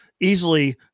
easily